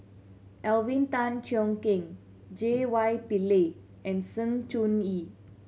Alvin Tan Cheong Kheng J Y Pillay and Sng Choon Yee